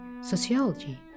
sociology